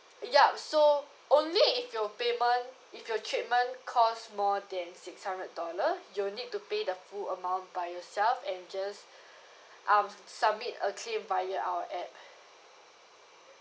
yup so only if your payment if your treatment cost more than six hundred dollar you'll need to pay the full amount by yourself and just um submit a claim via our app